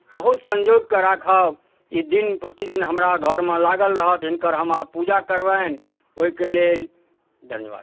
बहुत संजोगि कऽ राखब ई दिन प्रतिदिन हमरा घरमे लागल रहत हिनकर हम आब पूजा करबनि ओहिके लेल धन्यवाद